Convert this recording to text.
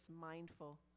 mindful